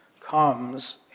comes